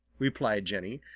replied jenny.